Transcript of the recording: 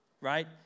Right